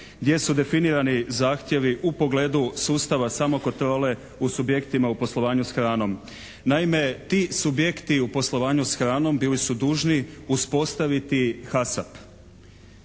gdje su definirani zahtjevi u pogledu sustava samokontrole u subjektima u poslovanju s hranom. Naime ti subjekti u poslovanju s hranom bili su dužni uspostaviti «HASAP».